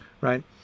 right